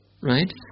Right